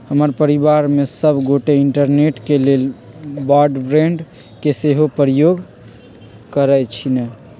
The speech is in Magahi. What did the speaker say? हमर परिवार में सभ गोटे इंटरनेट के लेल ब्रॉडबैंड के सेहो प्रयोग करइ छिन्ह